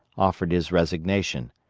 offered his resignation.